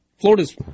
Florida's